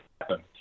happen